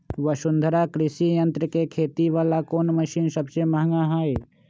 वसुंधरा कृषि यंत्र के खेती वाला कोन मशीन सबसे महंगा हई?